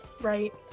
right